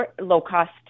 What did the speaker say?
low-cost